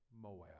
Moab